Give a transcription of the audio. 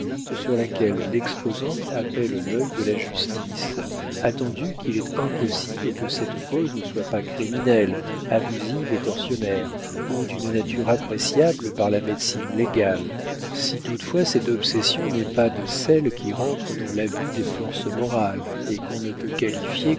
sur laquelle l'exposante appelle l'œil de la justice attendu qu'il est impossible que cette cause ne soit pas criminelle abusive et tortionnaire ou d'une nature appréciable par la médecine légale si toutefois cette obsession n'est pas de celles qui rentrent dans l'abus des forces morales et qu'on ne peut qualifier